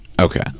Okay